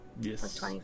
Yes